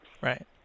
Right